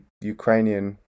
ukrainian